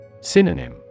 Synonym